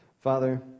Father